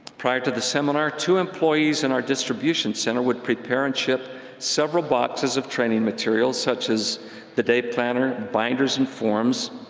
prior to the seminar, two employees in our distribution center would prepare and ship several boxes of training materials such as the day-planner, binders and forms.